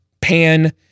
pan